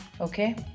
Okay